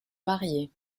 marier